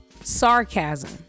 sarcasm